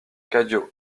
cadio